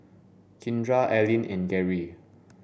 Kindra Alline and Gary